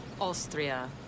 Austria